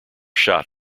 shot